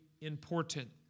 important